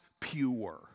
pure